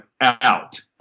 out